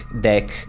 deck